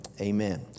Amen